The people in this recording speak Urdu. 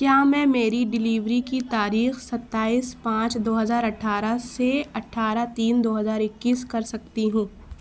کیا میں میری ڈلیوری کی تاریخ ستائیس پانچ دو ہزار اٹھارہ سے اٹھارہ تین دو ہزار اکیس کر سکتی ہوں